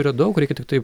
yra daug reikia tiktai